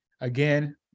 again